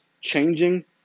changing